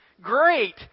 Great